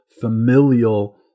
familial